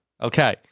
Okay